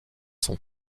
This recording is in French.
sont